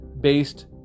based